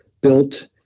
built